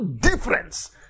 difference